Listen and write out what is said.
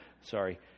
sorry